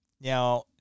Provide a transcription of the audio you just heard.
Now